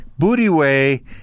Bootyway